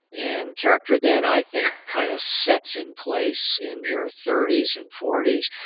and character then, i think, kind of sets in place in your thirty s and forty s.